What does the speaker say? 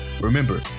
Remember